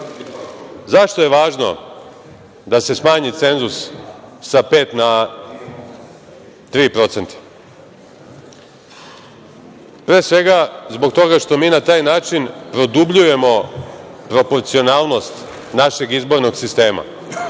bilo.Zašto je važno da se smanji cenzus sa pet na tri procenta? Pre svega, zbog toga što mi na taj način produbljujemo proporcionalnost našeg izbornog sistema,